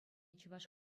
чӑваш